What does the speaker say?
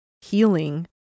healing